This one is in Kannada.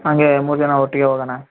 ಹಂಗೆ ಮೂರು ಜನ ಒಟ್ಟಿಗೆ ಹೋಗೋಣ